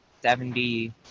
seventy